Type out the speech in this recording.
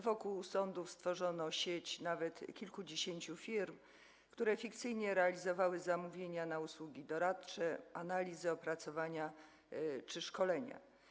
Wokół sądów stworzono sieć nawet kilkudziesięciu firm, które fikcyjnie realizowały zamówienia na usługi doradcze, analizy, opracowania czy szkolenia.